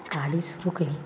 गाडी सुरू केली